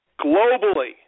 Globally